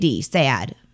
SAD